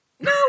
No